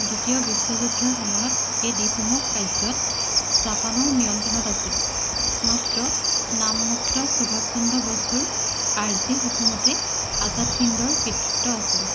দ্বিতীয় বিশ্বযুদ্ধৰ সময়ত এই দ্বীপসমূহ কাৰ্যত জাপানৰ নিয়ন্ত্ৰণত আছিল মাত্ৰ নামমাত্ৰ সুভাষ চন্দ্ৰ বসুৰ আৰ্জী হুকুমতে আজাদ হিন্দৰ কৃতিত্ৱ আছিল